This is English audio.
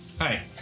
Hi